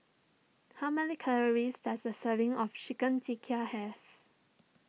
how many calories does a serving of Chicken Tikka have